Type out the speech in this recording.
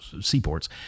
seaports